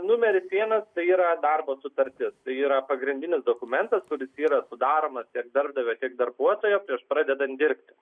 numeris vienas tai yra darbo sutartis yra pagrindinis dokumentas kuris yra sudaromas tiek darbdavio tiek darbuotojo prieš pradedant dirbti